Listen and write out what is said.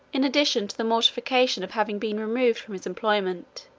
in addition to the mortification of having been removed from his employment,